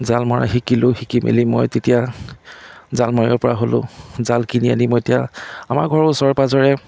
জাল মৰা শিকিলোঁ শিকি মেলি মই তেতিয়া জাল মাৰিব পৰা হ'লো জাল কিনি আনি মই এতিয়া আমাৰ ঘৰৰ ওচৰ পাজৰে